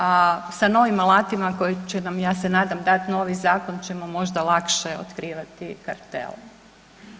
A sa novim alatima koji će nam ja se nadam dat novi zakon ćemo možda lakše otkrivati kartele.